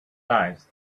lives